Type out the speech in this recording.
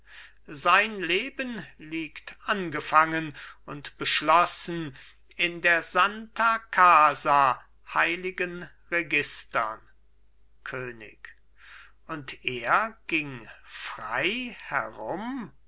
sein leben liegt angefangen und beschlossen in der santa casa heiligen registern könig und er ging frei herum